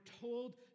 told